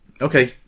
Okay